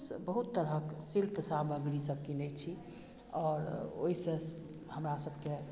बहुत तरहक शिल्क सामग्री सब कीनै छी आओर ओहिसँ हमरा सबकेँ